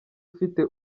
ufite